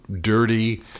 dirty